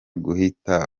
guhita